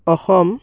Assam